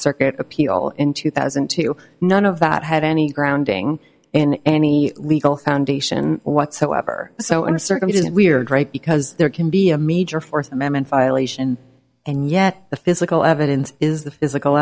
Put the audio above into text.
circuit appeal in two thousand and two none of that had any grounding in any legal foundation whatsoever so in a certain it is weird right because there can be a major fourth amendment violation and yet the physical evidence is the physical